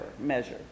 measure